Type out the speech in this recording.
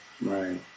Right